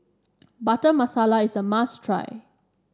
Butter Masala is a must try